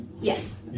Yes